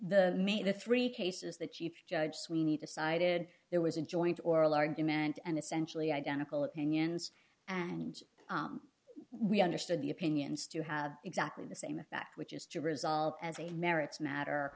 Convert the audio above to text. may the three cases the chief judge sweeney decided there was an joint oral argument and essentially identical opinions and we understood the opinions to have exactly the same a fact which is to resolve as a merits matter